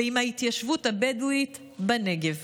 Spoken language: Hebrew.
ועם ההתיישבות הבדואית בנגב".